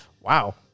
wow